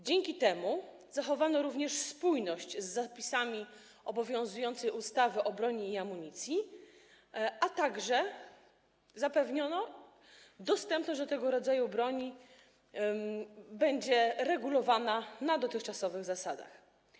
Dzięki temu zachowano również spójność z zapisami obowiązującej ustawy o broni i amunicji, a także zapewniono, że dostępność do tego rodzaju broni będzie regulowana na dotychczasowych zasadach.